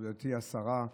מכובדתי השרה,